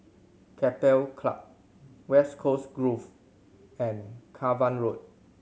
Keppel Club West Coast Grove and Cavan Road